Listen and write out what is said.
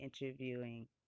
interviewing